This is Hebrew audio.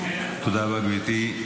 תודה רבה, גברתי.